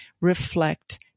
reflect